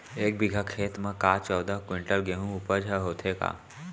एक बीघा खेत म का चौदह क्विंटल गेहूँ के उपज ह होथे का?